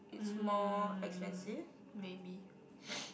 um maybe